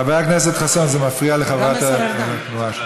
חבר הכנסת חסון, זה מפריע לחברת הכנסת.